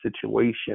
situation